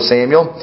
Samuel